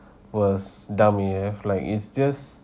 was dummy like is just